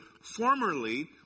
Formerly